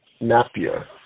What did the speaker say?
Napier